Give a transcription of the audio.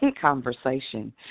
conversation